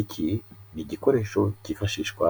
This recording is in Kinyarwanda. Iki ni igikoresho cyifashishwa